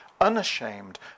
unashamed